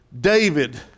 David